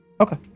Okay